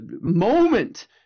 moment